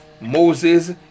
Moses